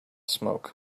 smoke